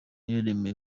yaremeye